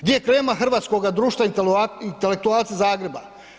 Gdje je krema hrvatskoga društva intelektualca Zagreba?